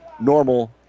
normal